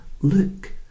look